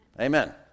amen